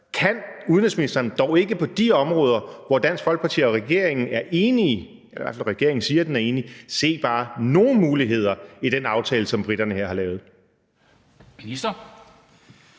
Kan udenrigsministeren dog ikke på de områder, hvor Dansk Folkeparti og regeringen er enige – regeringen siger i hvert fald, den er enig – se bare nogle muligheder i den aftale, som briterne her har lavet? Kl.